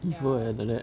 ya